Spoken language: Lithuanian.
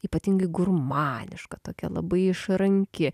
ypatingai gurmaniška tokia labai išranki